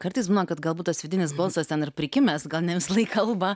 kartais būna kad galbūt tas vidinis balsas ten ir prikimęs gal ne visąlaik kalba